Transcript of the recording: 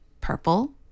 purple